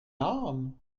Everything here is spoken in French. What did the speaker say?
lame